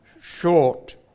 short